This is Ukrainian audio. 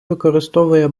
використовує